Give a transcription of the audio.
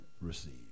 receive